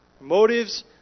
Motives